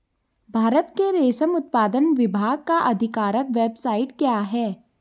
भारत के रेशम उत्पादन विभाग का आधिकारिक वेबसाइट क्या है?